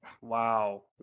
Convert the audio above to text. Wow